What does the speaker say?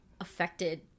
affected